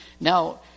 Now